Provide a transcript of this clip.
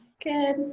Good